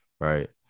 right